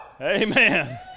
Amen